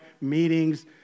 Meetings